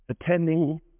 attending